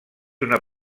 una